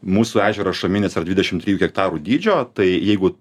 mūsų ežeras šaminis yra dvidešim trijų hektarų dydžio tai jeigu